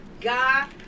God